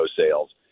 sales